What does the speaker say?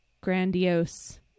grandiose